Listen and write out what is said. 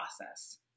process